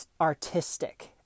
artistic